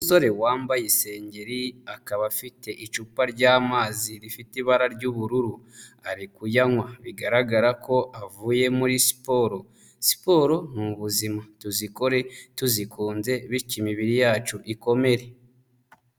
Umusore wambaye isengeri akaba afite icupa ry'amazi rifite ibara ry'ubururu, ari kuyanywa bigaragara ko avuye muri siporo, siporo ni ubuzima tuzikore tuzikunze bityo imibiri yacu ikomere.